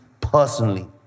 personally